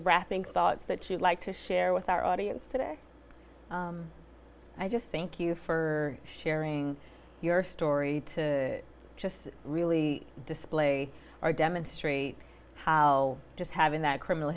wrapping thoughts that you'd like to share with our audience today i just thank you for sharing your story to just really display our demonstrate how just having that criminal